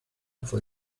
fue